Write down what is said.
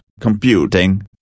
computing